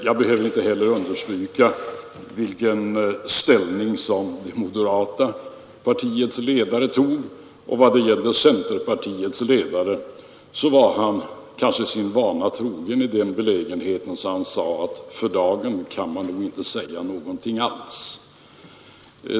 Jag behöver inte heller understryka vilken ställning det moderata partiets ledare tog, och centerpartiets ledare var, kanske sin vana trogen, i den benägenheten att han anförde: För dagen kan man nog inte säga någonting alls.